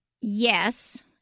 Yes